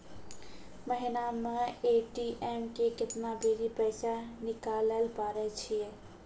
महिना मे ए.टी.एम से केतना बेरी पैसा निकालैल पारै छिये